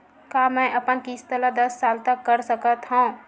का मैं अपन किस्त ला दस साल तक कर सकत हव?